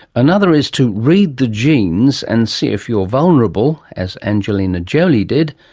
another is to read the genes and see if you're vulnerable, as angelina jolie did,